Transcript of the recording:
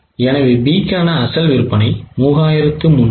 எனவே B க்கான அசல் விற்பனை 3331